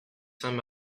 saints